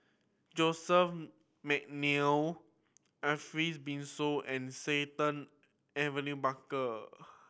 Joseph McNally Ariff Bongso and Sultan Abu New Bakar